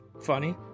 funny